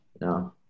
no